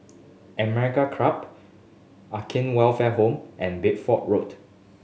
American Club Acacia Welfare Home and Bedford Road